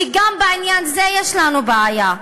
וגם בעניין זה יש לנו בעיה,